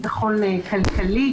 ביטחון כלכלי.